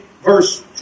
verse